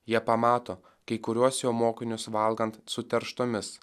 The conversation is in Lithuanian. jie pamato kai kuriuos jo mokinius valgant suterštomis